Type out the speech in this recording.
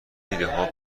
ایدهها